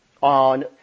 on